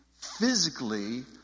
physically